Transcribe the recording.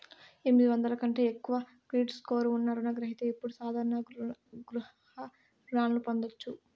ఎనిమిది వందల కంటే ఎక్కువ క్రెడిట్ స్కోర్ ఉన్న రుణ గ్రహిత ఇప్పుడు సాధారణ గృహ రుణాలను పొందొచ్చు